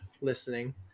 listening